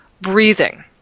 breathing